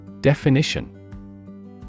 Definition